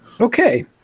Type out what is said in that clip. okay